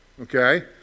okay